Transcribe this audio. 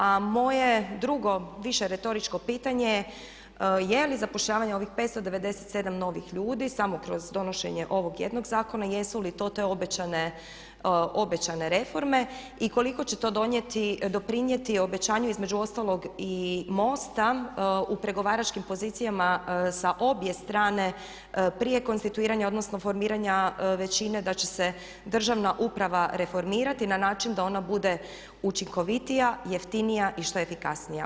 A moje drugo više retoričko pitanje je li zapošljavanje ovih 597 novih ljudi samo kroz donošenje ovog jednog zakona jesu li to te obećane reforme i koliko će to donijeti, doprinijeti obećanju između ostalog i MOST-a u pregovaračkim pozicijama sa obje strane prije konstituiranja odnosno formiranja većine da će se državna uprava reformirati na način da ona bude učinkovitija, jeftinija i što efikasnija.